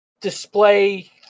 display